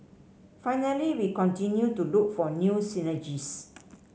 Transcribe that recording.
finally we continue to look for new synergies